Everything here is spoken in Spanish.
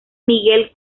miguel